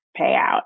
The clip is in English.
payout